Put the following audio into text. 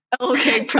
Okay